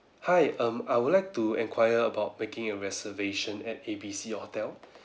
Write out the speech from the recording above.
hi um I would like to enquire about making a reservation at A B C hotel